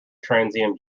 transient